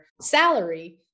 salary